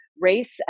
race